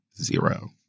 zero